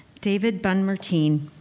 david bunn martine,